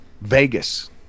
Vegas